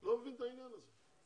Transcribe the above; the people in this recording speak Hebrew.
לא מבין את העניין הזה,